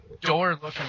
door-looking